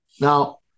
now